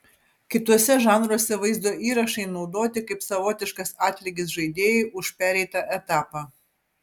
kituose žanruose vaizdo įrašai naudoti kaip savotiškas atlygis žaidėjui už pereitą etapą